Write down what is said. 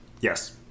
yes